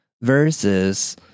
versus